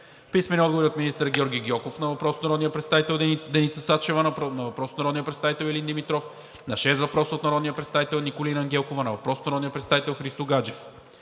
Христо Гаджев; - министър Георги Гьоков на въпрос от народния представител Деница Сачева; на въпрос от народния представител Илин Димитров, на шест въпроса от народния представител Николина Ангелкова; на въпрос от народния представител Христо Гаджев;